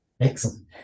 Excellent